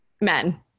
men